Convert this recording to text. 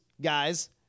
guys